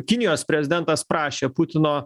kinijos prezidentas prašė putino